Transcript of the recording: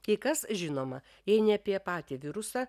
tai kas žinoma jei ne apie patį virusą